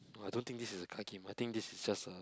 I don't think this is a card game I think this is just a